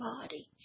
body